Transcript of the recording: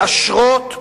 באשרות.